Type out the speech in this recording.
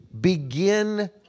begin